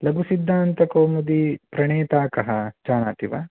लघुसिद्धान्तकौमुदेः प्रणेता कः जानाति वा